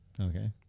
Okay